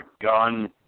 gun